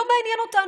לא מעניין אותנו.